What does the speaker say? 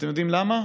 אתם יודעים למה?